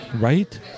Right